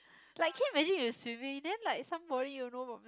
like came as if swimming then like somebody you know from